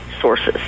sources